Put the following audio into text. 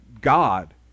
god